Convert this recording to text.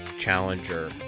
Challenger